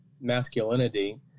masculinity